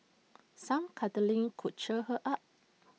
some cuddling could cheer her up